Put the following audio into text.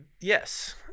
Yes